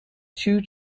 two